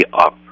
up